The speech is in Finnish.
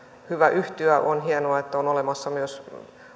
hyvä yhtyä on hienoa että on olemassa myös